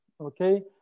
Okay